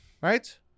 right